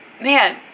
Man